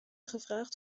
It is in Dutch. gevraagd